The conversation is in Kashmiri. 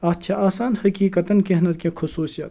اَتھ چھِ آسان حقیٖقتًا کیٚنٛہہ نَتہٕ کیٚنٛہہ خصوٗصیت